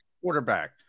quarterback